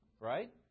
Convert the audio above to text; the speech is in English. right